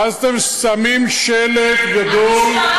ואז אתם שמים שלט גדול, המשטרה